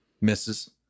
misses